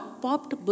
popped